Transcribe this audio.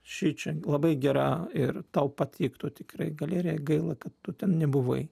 šičia labai gera ir tau patiktų tikrai galerija gaila kad tu ten nebuvai